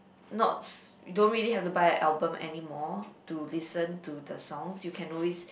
not s~ don't really have to buy a album anymore to listen to the songs you can always